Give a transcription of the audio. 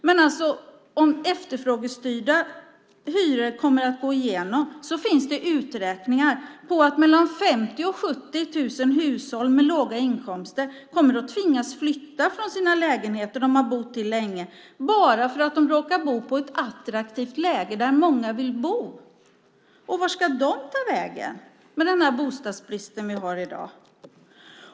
Men om efterfrågestyrda hyror går igenom finns det uträkningar som visar att mellan 50 000 och 70 000 hushåll med låga inkomster kommer att tvingas flytta från sina lägenheter som de har bott i länge bara för att de råkar bo i ett attraktivt läge där många vill bo. Vart ska de ta vägen med den bostadsbrist som vi har i dag?